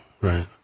right